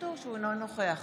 אינו נוכח